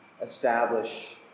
establish